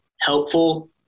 helpful